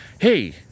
hey